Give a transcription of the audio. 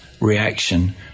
reaction